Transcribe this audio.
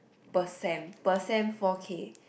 per sem per sem four K